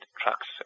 trucks